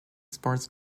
sports